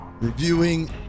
reviewing